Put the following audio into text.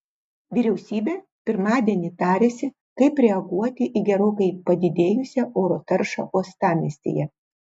vyriausybė pirmadienį tarėsi kaip reaguoti į gerokai padidėjusią oro taršą uostamiestyje